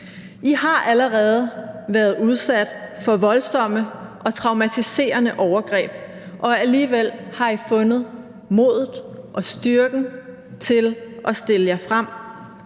I har allerede været udsat for voldsomme og traumatiserende overgreb, og alligevel har I fundet modet og styrken til at stille jer frem